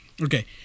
Okay